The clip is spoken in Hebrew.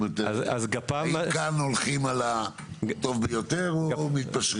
האם כאן הולכים על הטוב ביותר או שמתפשרים?